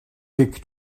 dic